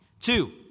Two